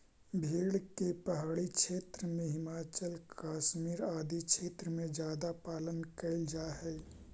भेड़ के पहाड़ी क्षेत्र में, हिमाचल, कश्मीर आदि क्षेत्र में ज्यादा पालन कैल जा हइ